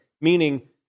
Meaning